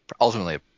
ultimately